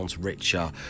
richer